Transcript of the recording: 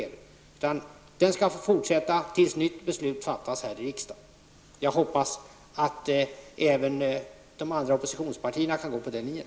Den skall få finnas kvar tills nytt beslut fattas här i riksdagen. Jag hoppas att även de andra oppositionspartierna kan gå på den linjen.